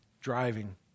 driving